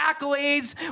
accolades